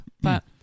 but-